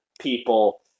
people